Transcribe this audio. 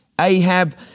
Ahab